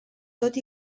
tot